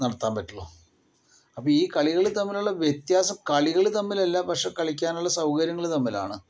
നടത്താൻ പറ്റുള്ളൂ അപ്പോൾ ഈ കളികൾ തമ്മിലുള്ള വ്യത്യാസം കളികൾ തമ്മിലല്ല പക്ഷേ കളിക്കാനുള്ള സൗകര്യങ്ങൾ തമ്മിലാണ്